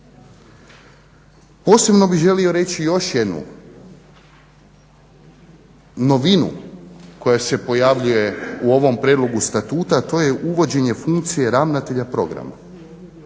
Posebno bih želio reći još jednu novinu koja se pojavljuje u ovom prijedlogu statuta, a to je uvođenje funkcije ravnatelja programa.